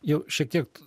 jau šiek tiek